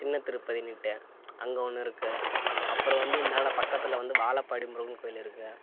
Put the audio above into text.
சின்ன திருப்பதினுட்டு அங்கே ஒன்று இருக்கு அப்புறம் வந்து இந்தாண்ட பக்கத்தில் வந்து வாழப்பாடி முருகன் கோவில் இருக்கு